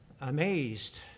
amazed